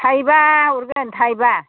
थाइबा हरगोन थाइबा